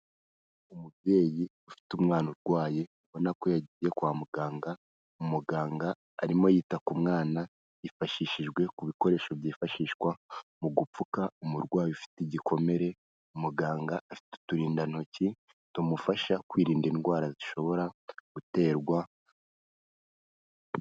Umubyeyi ufite umwana urwaye ubona ko yagiye kwa muganga , umuganga arimo yita ku mwana yifashishijwe ku bikoresho byifashishwa mu gupfuka umurwayi ufite igikomere, umuganga afite uturindantoki tumufasha kwirinda indwara zishobora guterwa,,,,,,